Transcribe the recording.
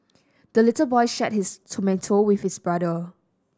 the little boy shared his tomato with his brother